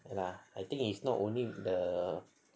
ah I think it's not only the